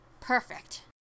perfect